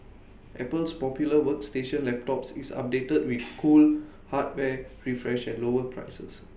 Apple's popular workstation laptops is updated with cool hardware refresh and lower prices